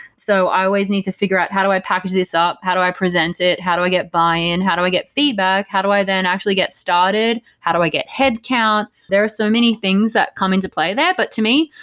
so i always need to figure out how do i package this up, how do i present it, how do i get buy-in, how do i get feedback, how do i then actually get started, how do i get head count? there are so many things that come into play there. but to me,